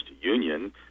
union